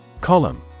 Column